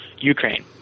ukraine